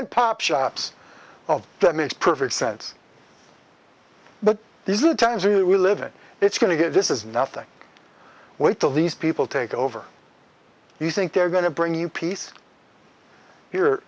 and pop shops of that makes perfect sense but these are the times we live it it's going to get this is nothing wait till these people take over you think they're going to bring you peace here